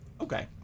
Okay